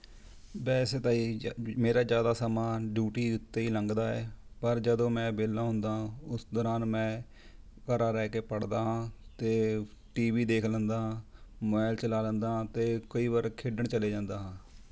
ਵੈਸੇ ਤਾਂ ਇਹ ਜ ਮੇਰਾ ਜ਼ਿਆਦਾ ਸਮਾਂ ਡਿਊਟੀ ਉੱਤੇ ਹੀ ਲੰਘਦਾ ਹੈ ਪਰ ਜਦੋਂ ਮੈਂ ਵਿਹਲਾ ਹੁੰਦਾ ਹਾਂ ਉਸ ਦੌਰਾਨ ਮੈਂ ਘਰ ਰਹਿ ਕੇ ਪੜ੍ਹਦਾ ਹਾਂ ਅਤੇ ਟੀ ਵੀ ਦੇਖ ਲੈਂਦਾ ਹਾਂ ਮੋਬਾਈਲ ਚਲਾ ਲੈਂਦਾ ਹਾਂ ਅਤੇ ਕਈ ਵਾਰ ਖੇਡਣ ਚਲਾ ਜਾਂਦਾ ਹਾਂ